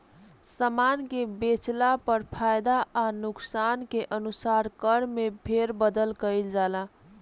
सामान बेचला पर फायदा आ नुकसान के अनुसार कर में फेरबदल कईल जाला